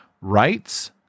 Rights